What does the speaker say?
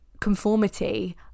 conformity